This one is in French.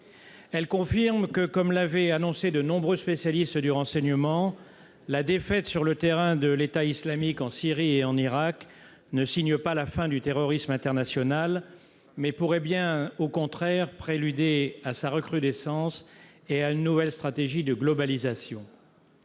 elle confirme que, comme l'avait annoncé, de nombreux spécialistes du renseignement, la défaite sur le terrain de l'État islamique en Syrie et en Irak ne signe pas la fin du terrorisme international, mais pourrait bien au contraire préluder à sa recrudescence et à une nouvelle stratégie de globalisation,